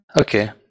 Okay